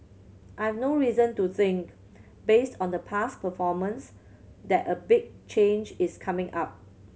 I've no reason to think based on the past performance that a big change is coming up